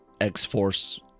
X-Force